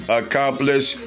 accomplish